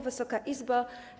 Wysoka Izbo!